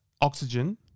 oxygen